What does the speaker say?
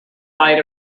fight